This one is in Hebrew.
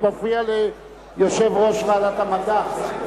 אתה מפריע ליושב-ראש ועדת המדע.